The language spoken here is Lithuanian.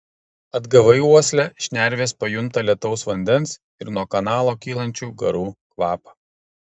atgavai uoslę šnervės pajunta lietaus vandens ir nuo kanalo kylančių garų kvapą